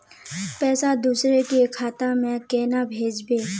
पैसा दूसरे के खाता में केना भेजबे?